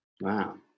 Wow